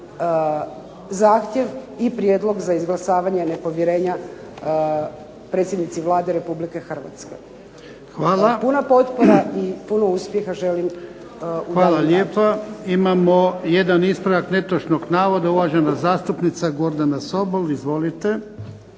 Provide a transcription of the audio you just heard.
zahtjev i prijedlog za izglasavanje nepovjerenja predsjednici Vlade Republike Hrvatske. Puna potpora i puno uspjeha želim …/Ne razumije se./… **Jarnjak, Ivan (HDZ)** Hvala lijepa. Imamo jedan ispravak netočnog navoda, uvažena zastupnica Gordana Sobol. Izvolite.